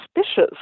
suspicious